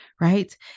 right